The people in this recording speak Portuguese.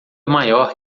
maior